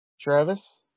Travis